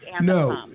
no